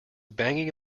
banging